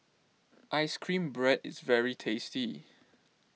Ice Cream Bread is very tasty